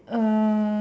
uh